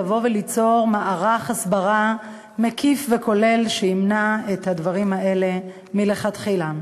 ליצור מערך הסברה מקיף וכולל שימנע את הדברים האלה מלכתחילה.